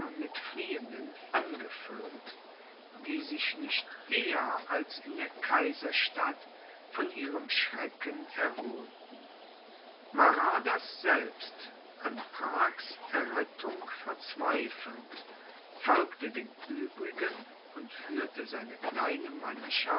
mit fliehenden angefüllt die sich nicht eher als in der kaiserstadt von ihrem schrecken erholten maradas selbst an prags errettung verzweifelnd folgte den uebrigen und führte seine kleine